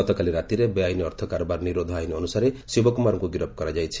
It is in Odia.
ଗତକାଲି ରାତିରେ ବେଆଇନ ଅର୍ଥ କାରବାର ନିରୋଧ ଆଇନ ଅନୁସାରେ ଶିବକୁମାରଙ୍କୁ ଗିରଫ କରାଯାଇଛି